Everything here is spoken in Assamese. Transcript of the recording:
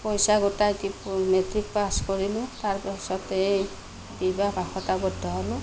পইচা গোটাই মেট্ৰিক পাছ কৰিলোঁ তাৰপাছতেই বিবাহ পাশত আবদ্ধ হ'লোঁ